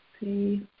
see